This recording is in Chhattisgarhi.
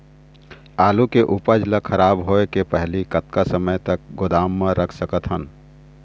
आलू के उपज ला खराब होय के पहली कतका समय तक गोदाम म रख सकत हन?